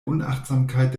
unachtsamkeit